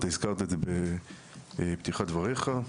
אתה הזכרת את זה בפתיחת דבריך.